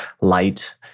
light